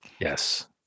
Yes